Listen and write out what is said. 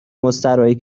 مستراحی